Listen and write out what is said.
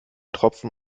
tropfen